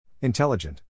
Intelligent